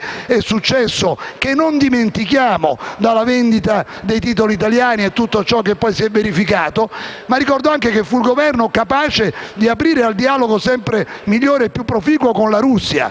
è successo e che non dimentichiamo, dalla vendita dei titoli italiani a tutto ciò che poi si è verificato. Ma ricordo anche che quel Governo fu capace di aprire ad un dialogo sempre migliore e più proficuo con la Russia.